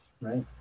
right